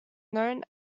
known